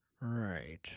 Right